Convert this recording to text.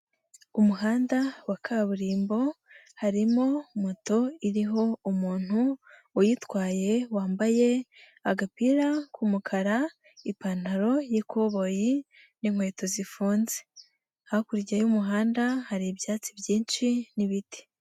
Umuhanda wa kaburimbo harimo moto iriho umuntu uyitwaye, wambaye agapira k'umukara, ipantaro y'ikoboyi n'inkweto zifunze, hakurya y'umuhanda hari ibyatsi byinshi n'ibiti.